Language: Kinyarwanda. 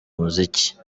umuziki